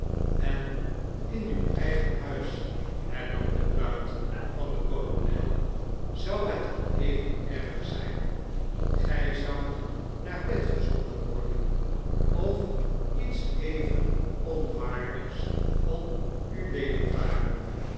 ea in uw eigen huis hernam de bruid van den kolonel zou het al even erg zijn gij zoudt naar bed gezonden worden of iets even onwaardigs kon u wedervaren